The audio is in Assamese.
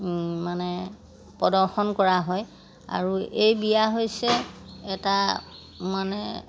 মানে প্ৰদৰ্শন কৰা হয় আৰু এই বিয়া হৈছে এটা মানে